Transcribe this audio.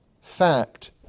fact